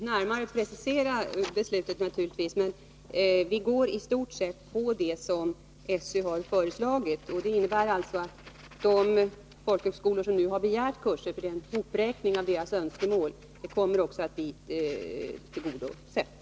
Herr talman! Vi kommer naturligtvis att närmare precisera beslutet, men i stort sett går vi med på vad SÖ har föreslagit. Det innebär alltså att de folkhögskolor som har begärt kurser — det är en sammanräkning av deras önskemål — kommer att bli tillgodosedda.